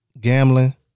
Gambling